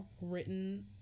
written